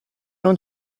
non